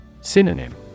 Synonym